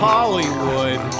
Hollywood